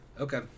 Okay